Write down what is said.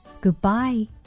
Goodbye